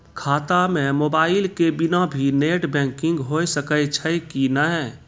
खाता म मोबाइल के बिना भी नेट बैंकिग होय सकैय छै कि नै?